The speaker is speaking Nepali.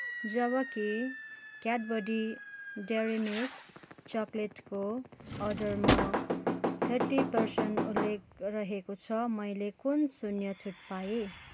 जबकि क्याडबरी डेरी मिल्क चकलेटको अर्डरमा थर्टी पर्सेन्ट उल्लेख रहेको छ मैले किन शून्य छुट पाएँ